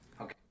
okay